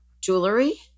jewelry